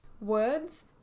Words